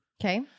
Okay